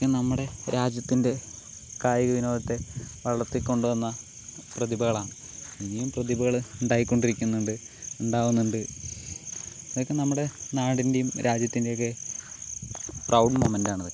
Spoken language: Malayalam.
അതൊക്കെ നമ്മുടെ രാജ്യത്തിൻ്റെ കായിക വിനോദത്തെ വളർത്തി കൊണ്ട് വന്ന പ്രതിഭകളാണ് ഇനിയും പ്രതിഭകൾ ഉണ്ടായിക്കൊണ്ടിരിക്കുന്നുണ്ട് ഉണ്ടാകുന്നുണ്ട് അതൊക്കെ നമ്മുടെ നാടിന്റേയും രാജ്യത്തിൻ്റെ ഒക്കെ പ്രൗഡ് മൊമന്റാണ് അതൊക്കെ